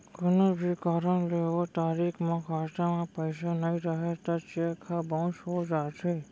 कोनो भी कारन ले ओ तारीख म खाता म पइसा नइ रहय त चेक ह बाउंस हो जाथे